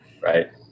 right